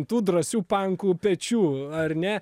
tų drąsių pankų pečių ar ne